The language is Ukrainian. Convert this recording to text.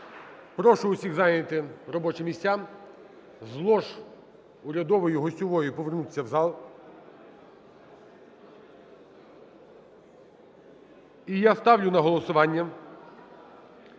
Прошу усіх зайняти робочі місця, з лож урядової, гостьової, повернутися в зал. І я ставлю на голосування